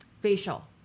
facial